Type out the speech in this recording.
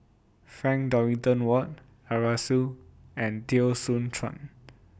Frank Dorrington Ward Arasu and Teo Soon Chuan